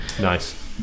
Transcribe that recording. nice